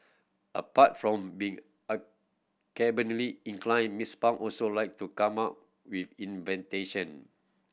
apart from being inclined Mister Pang also like to come up with